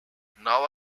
now